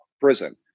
prison